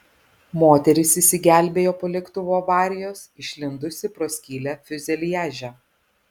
moteris išsigelbėjo po lėktuvo avarijos išlindusi pro skylę fiuzeliaže